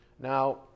Now